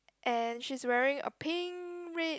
and she's wearing a pink red